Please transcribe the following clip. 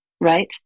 right